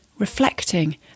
reflecting